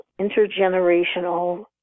intergenerational